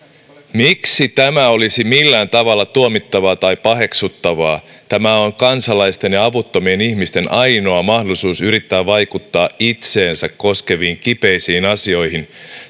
miksi tämä olisi millään tavalla tuomittavaa tai paheksuttavaa tämä on kansalaisten ja avuttomien ihmisten ainoa mahdollisuus yrittää vaikuttaa itseään koskeviin kipeisiin asioihin